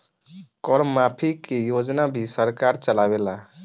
कर माफ़ी के योजना भी सरकार चलावेला